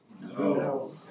No